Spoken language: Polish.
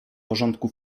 porządku